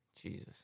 Jesus